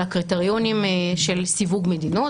על הקריטריונים של סיווג מדינות.